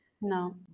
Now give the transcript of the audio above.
No